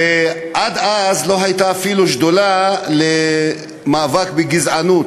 עד אז לא הייתה אפילו שדולה למאבק בגזענות,